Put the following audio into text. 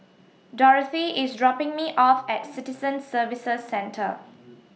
Dorothy IS dropping Me off At Citizen Services Centre